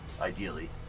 ideally